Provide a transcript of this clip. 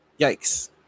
Yikes